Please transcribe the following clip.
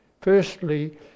Firstly